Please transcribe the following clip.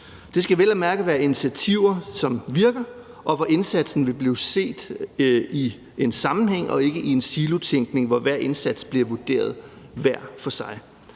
Det skal vel at mærke være initiativer, som virker, og hvor indsatsen vil blive set i en sammenhæng og ikke i en silotænkning, hvor hver indsats bliver vurderet hver for sig.